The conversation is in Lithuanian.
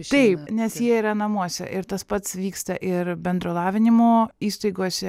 taip nes jie yra namuose ir tas pats vyksta ir bendro lavinimo įstaigose